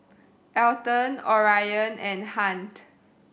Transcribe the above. Alton Orion and Hunt